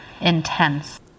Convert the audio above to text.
intense